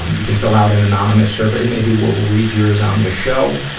um you can fill out an anonymous survey. maybe we'll read yours on the show.